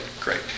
great